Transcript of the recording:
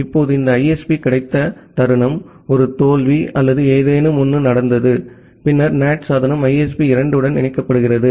இப்போது இந்த ISP கிடைத்த தருணம் ஒரு தோல்வி அல்லது ஏதேனும் நடந்தது பின்னர் NAT சாதனம் ISP 2 உடன் இணைக்கப்படுகிறது